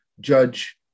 judge